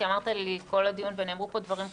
כי אמרת לי --- הדיון ונאמרו פה דברים קשים,